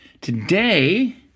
Today